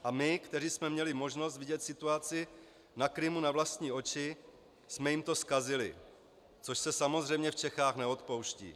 A my, kteří jsme měli možnost vidět situaci na Krymu na vlastní oči, jsme jim to zkazili, což se samozřejmě v Čechách neodpouští.